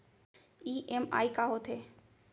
EMI का होथे?